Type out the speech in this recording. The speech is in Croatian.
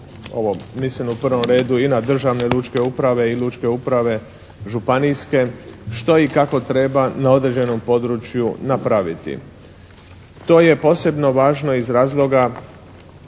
zna, mislim u prvom redu i na državne lučke uprave i lučke uprave županijske što i kako treba na određenom području napraviti. To je posebno važno iz razloga